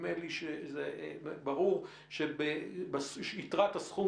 נדמה לי שזה ברור ביתרת הסכום,